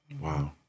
Wow